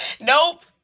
Nope